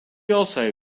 also